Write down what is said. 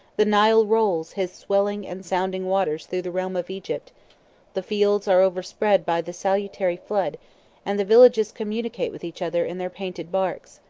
the nile rolls his swelling and sounding waters through the realm of egypt the fields are overspread by the salutary flood and the villages communicate with each other in their painted barks.